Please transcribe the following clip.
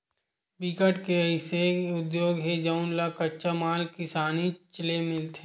बिकट के अइसे उद्योग हे जउन ल कच्चा माल किसानीच ले मिलथे